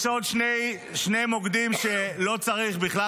יש עוד שני מוקדים שלא צריך בהם בכלל